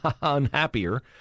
unhappier